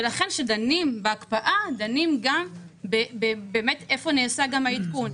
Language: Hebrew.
לכן כשדנים בהקפאה דנים גם באמת איפה נעשה העדכון.